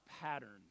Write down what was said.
patterns